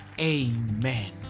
Amen